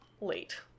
late